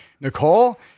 Nicole